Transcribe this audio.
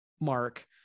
mark